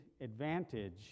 advantage